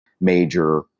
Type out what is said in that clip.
major